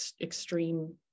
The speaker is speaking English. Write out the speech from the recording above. extreme